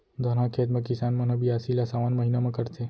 धनहा खेत म किसान मन ह बियासी ल सावन महिना म करथे